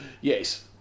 Yes